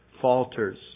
falters